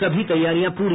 सभी तैयारियां पूरी